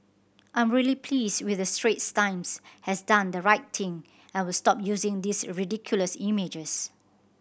I'm really pleased with the Straits Times has done the right thing and will stop using these ridiculous images